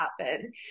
happen